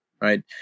right